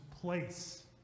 place